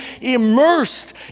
immersed